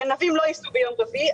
הגנבים לא ייסעו ביום רביעי,